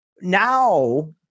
now